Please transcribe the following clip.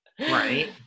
right